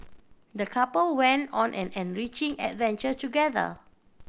the couple went on an enriching adventure together